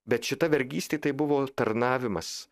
bet šita vergystė tai buvo tarnavimas